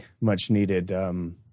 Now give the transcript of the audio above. much-needed